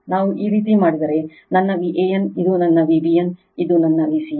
ನಾವು ಈ ರೀತಿ ಮಾಡಿದರೆ ನನ್ನ Van ಇದು ನನ್ನ Vbn ಇದು ನನ್ನ Vcn